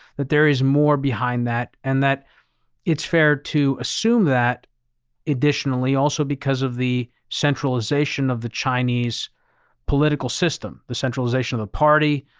that there is more behind that and that it's fair to assume that additionally, also because of the centralization of the chinese political system, the centralization of the party,